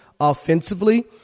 offensively